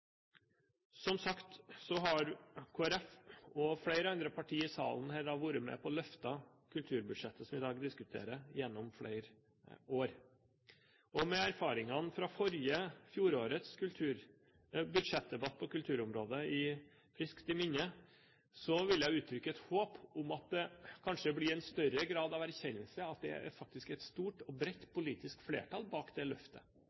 Som sagt har Kristelig Folkeparti og flere andre partier i salen her vært med på å løfte kulturbudsjettet som vi i dag diskuterer, gjennom flere år. Og med fjorårets budsjettdebatt på kulturområdet friskt i minne vil jeg uttrykke et håp om at det kanskje blir en større grad av erkjennelse av at det faktisk er et stort og bredt politisk flertall bak det løftet.